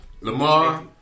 Lamar